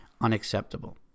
unacceptable